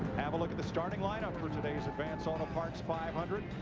have a look at the starting lineup for today's advance auto parts five hundred.